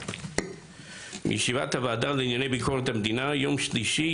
שניתנו בישיבת הוועדה לענייני ביקורת המדינה ביום שלישי,